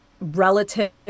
relative